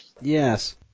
Yes